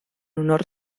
honor